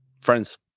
Friends